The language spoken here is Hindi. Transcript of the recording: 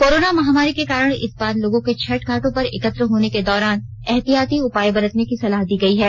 कोरोना महामारी के कारण इस बार लोगों के छठ घाटों पर एकत्र होने के दौरान एहतियाती उपाय बरतने के सलाह दी गई हैं